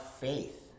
faith